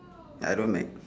I don't Mac